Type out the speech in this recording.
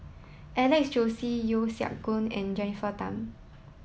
Alex Josey Yeo Siak Goon and Jennifer Tham